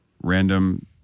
random